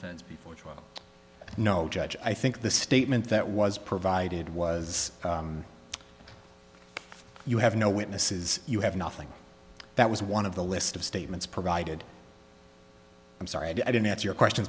to before trial no judge i think the statement that was provided was you have no witnesses you have nothing that was one of the list of statements provided i'm sorry i didn't answer your question